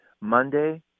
Monday